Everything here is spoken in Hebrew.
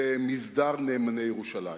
במסדר נאמני ירושלים.